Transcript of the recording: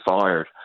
fired